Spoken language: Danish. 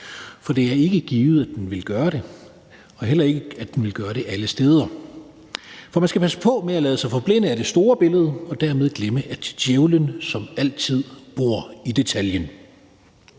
for det er ikke givet, at den vil gøre det, og heller ikke, at den vil gøre det alle steder. Man skal passe på med at lade sig forblænde af det store billede og dermed glemme, at djævlen som altid bor i detaljen.